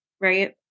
right